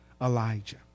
Elijah